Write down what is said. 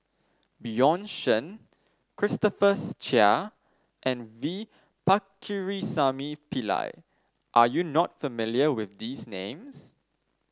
Bjorn Shen Christopher Chia and V Pakirisamy Pillai are you not familiar with these names